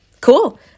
Cool